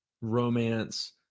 romance